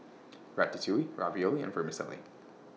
Ratatouille Ravioli and Vermicelli